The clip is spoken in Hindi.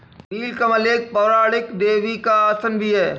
नील कमल एक पौराणिक देवी का आसन भी है